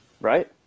Right